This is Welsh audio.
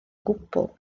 gwbl